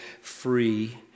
free